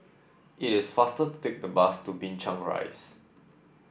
it is faster to take the bus to Binchang Rise